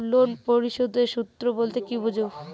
Loan পরিশোধের সূএ বলতে কি বোঝায়?